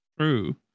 True